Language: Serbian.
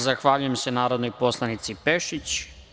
Zahvaljujem se narodnoj poslanici Pešić.